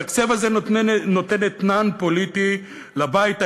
התקציב הזה נותן אתנן פוליטי לבית היהודי,